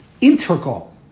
integral